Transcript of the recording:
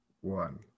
one